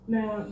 Now